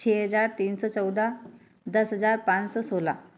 छह हज़ार तीन सौ चौदह दस हज़ार पाँच सौ सोलह